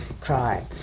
crime